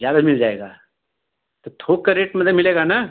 ज्यादा मिल जाएगा तो थोक का रेट मतलब मिलेगा ना